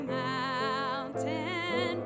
mountain